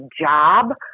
job